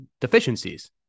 deficiencies